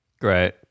Great